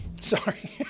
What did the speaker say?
Sorry